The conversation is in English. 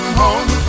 home